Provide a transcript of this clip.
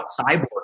Cyborg